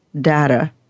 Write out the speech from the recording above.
data